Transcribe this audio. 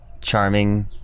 charming